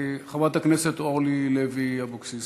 חברת הכנסת אורלי לוי אבקסיס,